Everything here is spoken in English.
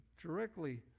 directly